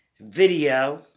video